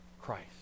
Christ